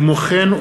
כמו כן,